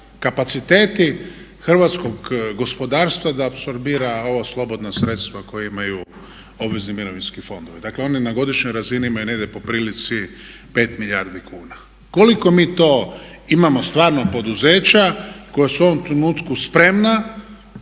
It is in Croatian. kapaciteti hrvatskog gospodarstva da apsorbira ova slobodna sredstva koja imaju obvezni mirovinski fondovi. Dakle oni na godišnjoj razini imaju negdje po prilici 5 milijardi kuna. Koliko mi to imamo stvarno poduzeća koja su u ovom trenutku spremna